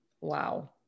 Wow